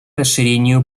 расширению